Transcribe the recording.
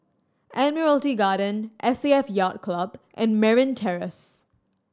Admiralty Garden S A F Yacht Club and Merryn Terrace